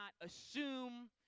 assume